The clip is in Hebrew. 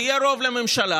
ויהיה רוב לממשלה,